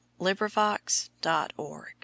LibriVox.org